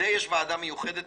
לזה יש ועדה מיוחדת,